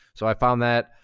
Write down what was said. so i found that,